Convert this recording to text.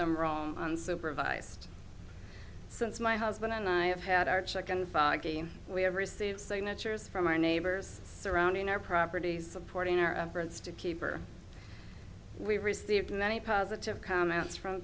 them or unsupervised since my husband and i have had our chicken foggie we have received signatures from our neighbors surrounding our property supporting our efforts to keep or we received many positive comments from